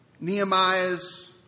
Nehemiah's